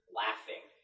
laughing